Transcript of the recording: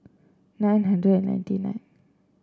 nine hundred ninety nine